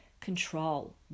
control